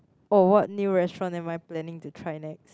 oh what new restaurant am I planning to try next